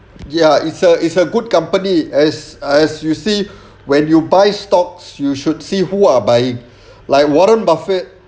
ya it's a it's a good company as as you see when you buy stocks you should see who are buying like warren buffet